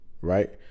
right